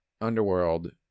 Underworld